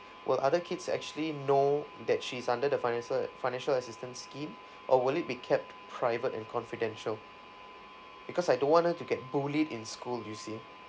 will other kids actually know that she is under the finances financial assistance scheme or will it be kept private and confidential because I don't want her to get bullied in school you see